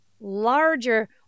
larger